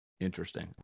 interesting